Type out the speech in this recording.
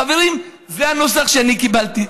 חברים, זה הנוסח שאני קיבלתי.